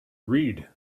read